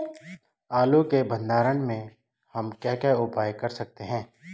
आलू के भंडारण में हम क्या क्या उपाय कर सकते हैं?